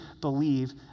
believe